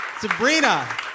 Sabrina